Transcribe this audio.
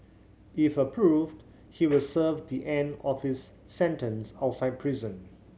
if approved he will serve the end of his sentence outside prison